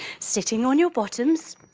sitting on your bottoms,